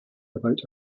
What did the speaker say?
without